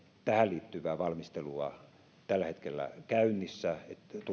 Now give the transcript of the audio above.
tähän liittyvää valmistelua tällä hetkellä käynnissä